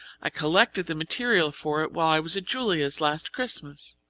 i collected the material for it while i was at julia's last christmas.